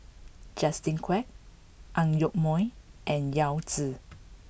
Justin Quek Ang Yoke Mooi and Yao Zi